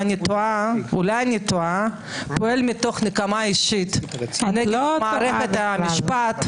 אולי אני טועה פועל מתוך נקמה אישית נגד בית מערכת המשפט,